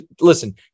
listen